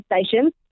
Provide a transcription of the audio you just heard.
stations